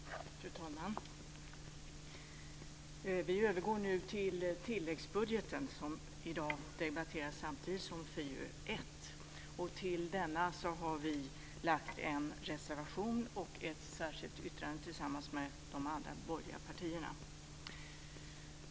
Fru talman! Vi övergår nu till tilläggsbudgeten som i dag debatteras samtidigt som FiU1. Till denna har vi fogat en reservation och ett särskilt yttrande tillsammans med de andra borgerliga partierna.